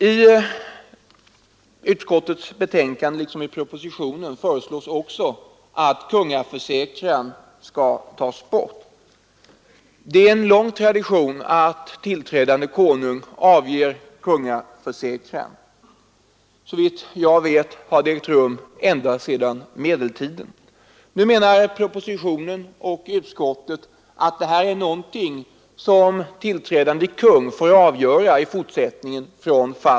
I utskottets betänkande liksom i propositionen föreslås också att konungaförsäkran skall tas bort. Det är en lång tradition att tillträdande konung avger sådan försäkran. Såvitt jag vet har sådan avgetts sedan medeltiden. Nu menar propositionen och utskottet att detta är något som tillträdande konung själv får avgöra i fortsättningen.